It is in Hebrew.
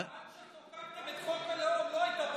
עד שחוקקתם פה את חוק הלאום לא הייתה פה,